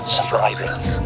Survivors